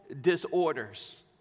disorders